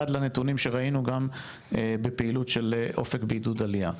ועד לנתונים שראינו גם בפעילות של "אופק" בעידוד עלייה.